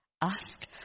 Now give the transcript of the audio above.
ask